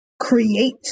Create